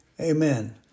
Amen